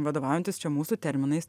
vadovaujantis čia mūsų terminais